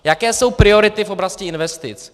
Jaké jsou priority v oblasti investic?